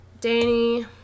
Danny